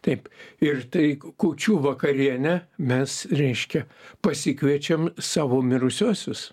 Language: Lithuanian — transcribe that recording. taip ir tai kūčių vakariene mes reiškia pasikviečiam savo mirusiuosius